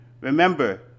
Remember